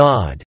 God